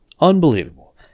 Unbelievable